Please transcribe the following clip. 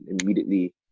immediately